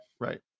right